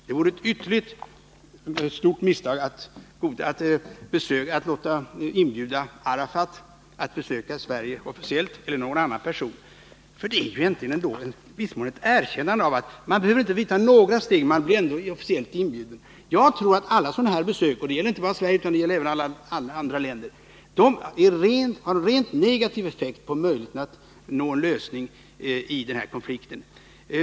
Det vore ett ytterligt stort misstag att inbjuda Arafat eller någon annan person från PLO att besöka Sverige officiellt, för det är egentligen i viss mån ett erkännande av att man inte behöver ta några steg — man blir ändå officiellt inbjuden. Jag tror att alla sådana här besök — det gäller inte bara Sverige utan även alla andra länder — har en rent negativ effekt på möjligheten att nå en lösning i konflikten.